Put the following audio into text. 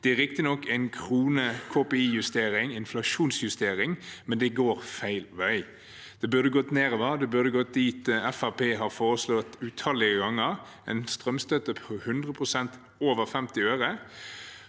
Det er riktignok en krone/KPI-justering, inflasjonsjustering, men det går feil vei. Det burde gått nedover, det burde gått dit Fremskrittspartiet har foreslått utallige ganger, en strømstøtte på 100 pst. over 50 øre,